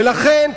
ולכן,